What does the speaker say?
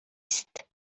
است